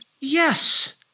yes